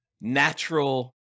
natural